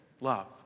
love